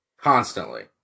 constantly